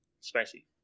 Spicy